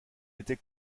était